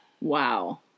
Wow